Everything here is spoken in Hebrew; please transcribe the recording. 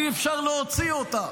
אי-אפשר להוציא אותם.